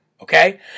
Okay